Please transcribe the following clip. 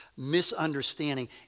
misunderstanding